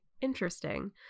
Interesting